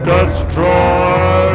Destroy